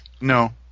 No